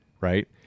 right